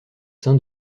sein